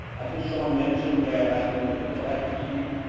i think sean mentioned that i'm with idcol. actually,